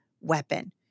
weapon